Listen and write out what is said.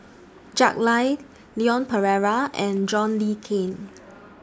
Jack Lai Leon Perera and John Le Cain